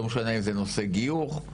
לא משנה אם זה נושא גיור,